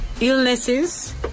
illnesses